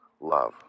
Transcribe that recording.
love